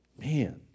Man